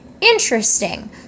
Interesting